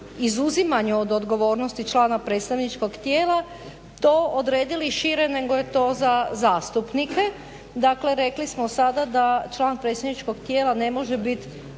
izuzimanju od odgovornosti člana predstavničkog tijela to odredili šire nego je to za zastupnike, dakle rekli smo sada da član predstavničkog tijela ne može biti